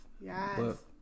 yes